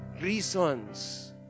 reasons